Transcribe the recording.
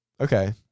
Okay